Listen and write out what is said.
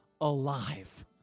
alive